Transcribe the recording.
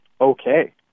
okay